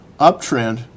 uptrend